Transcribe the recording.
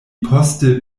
poste